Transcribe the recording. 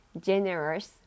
generous